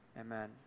amen